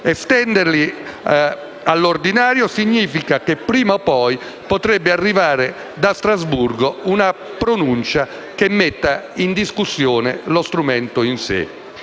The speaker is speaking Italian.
estenderli all'ordinario significa che, prima o poi, potrebbe arrivare da Strasburgo una pronuncia che metta in discussione lo strumento in sé.